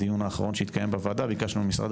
בדיון האחרון שהתקיים בוועדה ביקשנו ממשרד